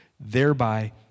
thereby